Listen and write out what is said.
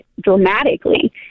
dramatically